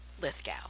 Lithgow